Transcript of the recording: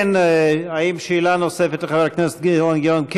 כן, האם יש שאלה נוספת לחבר הכנסת אילן גילאון?